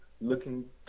looking